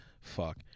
Fuck